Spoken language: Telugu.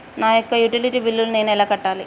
నా యొక్క యుటిలిటీ బిల్లు నేను ఎలా కట్టాలి?